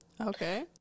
Okay